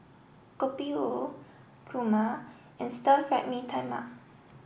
Kopi O Kurma and Stir Fried Mee Tai Mak